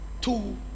two